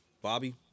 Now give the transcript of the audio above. Bobby